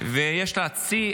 ויש לה צי,